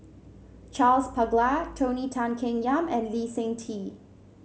Charles Paglar Tony Tan Keng Yam and Lee Seng Tee